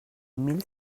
mil